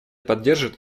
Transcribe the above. поддержит